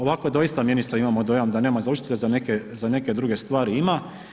Ovako doista ministre imamo dojam da nema za učitelje, za neke drugi stvari ima.